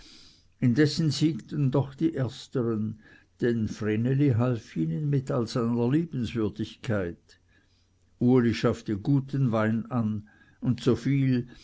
indessen siegten doch die erstern denn vreneli half ihnen mit all seiner liebenswürdigkeit uli schaffte guten wein an und so viel